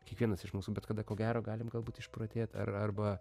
kiekvienas iš mūsų bet kada ko gero galim galbūt išprotėt ar arba